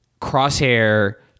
Crosshair